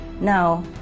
Now